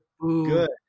good